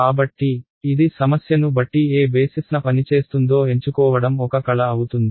కాబట్టి ఇది సమస్యను బట్టి ఏ బేసిస్న పనిచేస్తుందో ఎంచుకోవడం ఒక కళ అవుతుంది